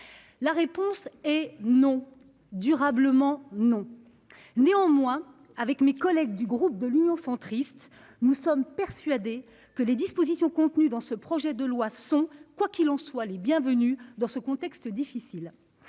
La réponse est non ; durablement non ! Néanmoins, avec mes collègues de l'Union Centriste, nous sommes persuadés que les dispositions contenues dans ce projet de loi sont, quoi qu'il en soit, les bienvenues dans un contexte aussi difficile.